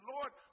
Lord